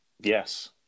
Yes